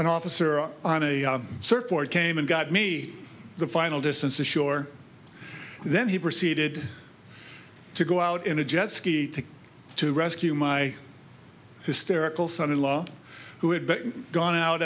an officer on a surfboard came and got me the final distance to shore then he proceeded to go out in a jet ski to rescue my hysterical son in law who had gone out